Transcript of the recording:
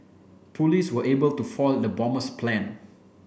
police were able to foil the bomber's plan